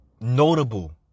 notable